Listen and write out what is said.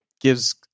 gives